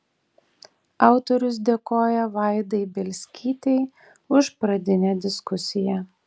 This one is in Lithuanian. autorius dėkoja vaidai bielskytei už pradinę diskusiją